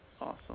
Awesome